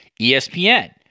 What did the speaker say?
ESPN